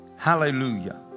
Hallelujah